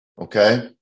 okay